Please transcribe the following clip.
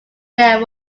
there